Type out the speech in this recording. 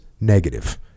negative